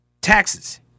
taxes